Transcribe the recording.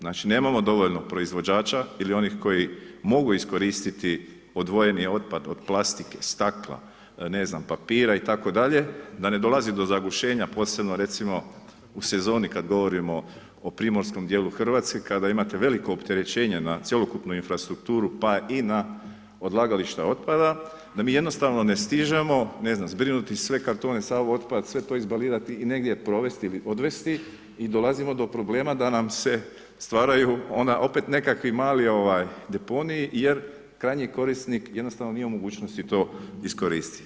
Znači nemamo dovoljno proizvođača ili onih koji mogu iskoristiti odvojeni otpad od plastike, stakla, ne znam, papira itd., da ne dolazi do zagušenja, posebno recimo u sezoni kad govorimo o Primorskom dijelu Hrvatske kada imate veliko opterećenje na cjelokupnu infrastrukturu pa i na odlagališta otpada da mi jednostavno ne stižemo ne znam zbrinuti sve kartone, sav otpad, sve to izbalirali i negdje provesti ili odvesti i dolazimo do problema da nam se stvaraju onda opet nekakvi mali deponiji jer krajnji korisnik jednostavno nije u mogućnosti to iskoristiti.